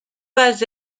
pas